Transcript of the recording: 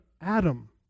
Adam